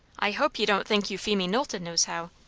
i hope you don't think euphemie knowlton knows how?